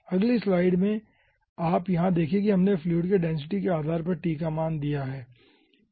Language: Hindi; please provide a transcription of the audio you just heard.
अगली स्लाइड में आप यहां देखे हमें फ्लूइड के डेंसिटी के आधार पर t का मान दिया गया है